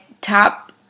top